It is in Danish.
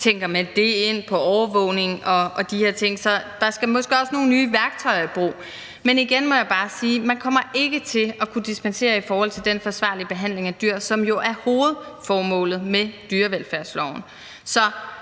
tænker det ind i forbindelse med overvågning og sådan nogle ting. Så der skal måske også nogle nye værktøjer i brug. Men igen må jeg bare sige, at man ikke kommer til at kunne dispensere i forhold til den forsvarlige behandling af dyr, som jo er hovedformålet med dyrevelfærdsloven. Så